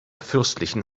fürstlichen